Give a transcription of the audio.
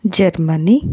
Germany